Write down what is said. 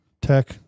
Tech